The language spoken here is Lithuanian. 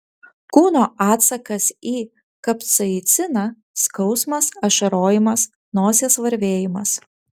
kūno atsakas į kapsaiciną skausmas ašarojimas nosies varvėjimas